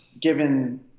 given